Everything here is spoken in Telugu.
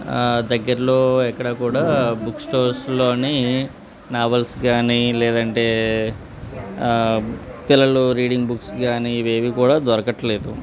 దగ్గరలో ఎక్కడ కూడా బుక్ స్టోర్స్లో నావల్స్ కానీ లేదంటే పిల్లలు రీడింగ్ బుక్స్ కానీ ఇవి ఏవి కూడా దొరకట్లేదు